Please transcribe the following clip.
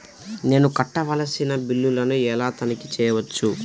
నేను కట్టవలసిన బిల్లులను ఎలా తనిఖీ చెయ్యవచ్చు?